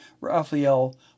Raphael